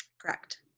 Correct